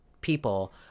people